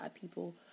people